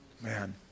Man